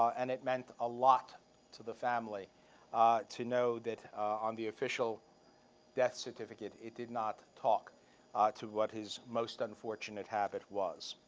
and it meant a lot the family to know that on the official death certificate, it did not talk to what his most unfortunate habit was.